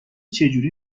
چجوری